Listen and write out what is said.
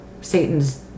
Satan's